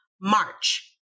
March